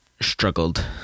struggled